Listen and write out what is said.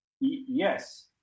Yes